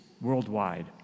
Worldwide